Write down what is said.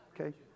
Okay